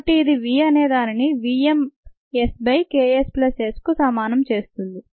కాబట్టి ఇది v అనేదానిని v m S by K s plus Sకు సమానం చేస్తుంది